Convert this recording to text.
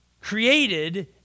created